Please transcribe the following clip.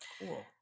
cool